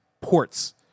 ports